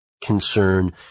concern